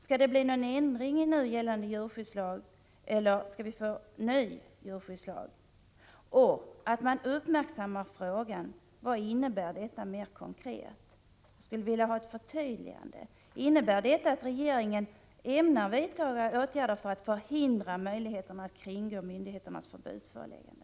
Skall det bli någon ändring i nu gällande djurskyddslag, eller skall vi få en ny djurskyddslag? Och vad innebär det mera konkret att man ”uppmärksammar” frågan? Jag skulle vilja ha ett förtydligande på den punkten. Innebär detta att regeringen ämnar vidta åtgärder för att hindra möjligheterna att kringgå myndigheternas förbudsföreläggande?